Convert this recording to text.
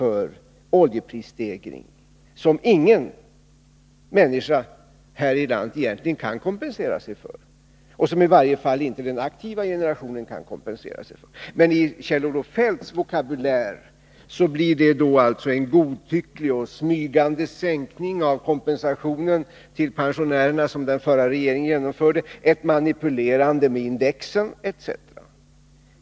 en oljeprisstegring, som ingen människa här i landet, i varje fall inte den aktiva generationen, egentligen kan kompensera sig för? Med Kjell-Olof Feldts vokabulär blir det en godtycklig och smygande sänkning av kompensationen till pensionärerna som den förra regeringen genomförde, ett manipulerande med index etc.